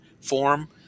form